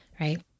right